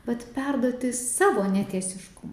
vat perduoti savo netiesiškumui